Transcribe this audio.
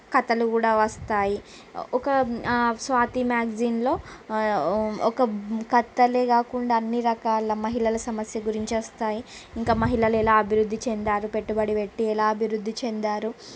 కథలు కూడా వస్తాయి ఒక స్వాతి మ్యాగ్జిన్లో ఒక కథలు కాకుండా అన్నీ రకాల మహిళల సమస్య గురించి వస్తాయి ఇంకా మహిళలు ఎలా అభివృద్ధి చెందారు పెట్టుబడి పెట్టి ఎలా అభివృద్ధి చెందారు